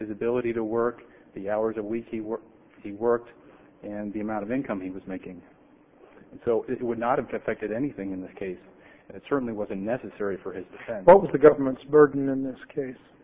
his ability to work the hours a week he worked and the amount of income he was making so it would not affect anything in this case it certainly wasn't necessary for his what was the government's burden in this case